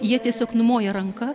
jie tiesiog numoja ranka